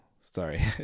sorry